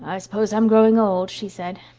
suppose i'm growing old, she said.